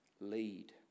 Lead